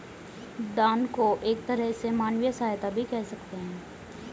दान को एक तरह से मानवीय सहायता भी कह सकते हैं